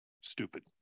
stupid